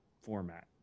format